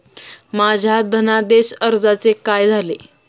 माझ्या धनादेश अर्जाचे काय झाले?